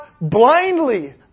blindly